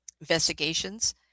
investigations